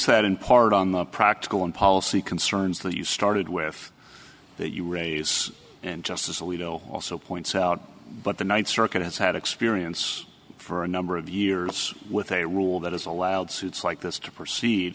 that in part on the practical and policy concerns that you started with that you raise and justice alito also points out but the ninth circuit has had experience for a number of years with a rule that has allowed suits like this to proceed